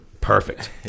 Perfect